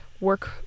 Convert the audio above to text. work